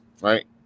right